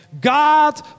God